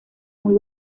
muy